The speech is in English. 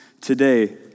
Today